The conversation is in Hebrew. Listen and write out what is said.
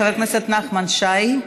חבר הכנסת נחמן שי.